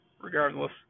Regardless